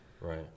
right